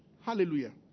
Hallelujah